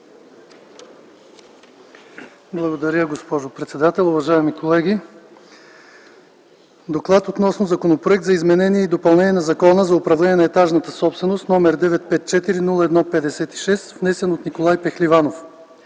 Благодаря, госпожо председател. Уважаеми колеги, „ДОКЛАД относно Законопроект за изменение и допълнение на Закона за управление на етажната собственост, № 954-01-56, внесен от Николай Пехливанов